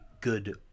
good